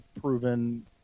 proven